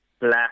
black